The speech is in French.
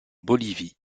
bolivie